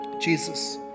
Jesus